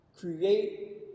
Create